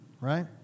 right